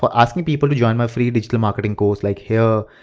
but asking people to join my free digital marketing course, like here.